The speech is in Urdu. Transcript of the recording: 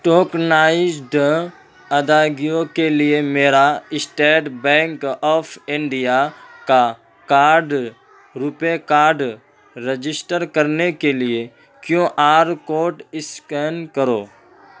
ٹوکنائزڈ ادائیگیوں کے لیے میرا اسٹیٹ بینک آف انڈیا کا کارڈ روپے کارڈ رجسٹر کرنے کے لیے کیو آر کوڈ اسکین کرو